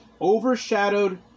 overshadowed